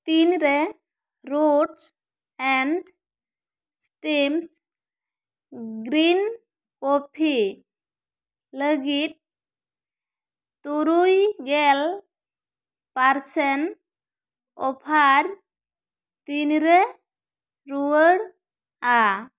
ᱛᱤᱱᱨᱮ roots and stems green coffee ᱞᱟᱹᱜᱤᱫ ᱛᱩᱨᱩᱭ ᱜᱮᱞ ᱯᱟᱨᱥᱮᱱᱴ ᱚᱯᱷᱟᱨ ᱛᱤᱱᱨᱮ ᱨᱩᱭᱟᱹᱲᱼᱟ